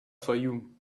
fayoum